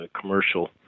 commercial